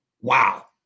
wow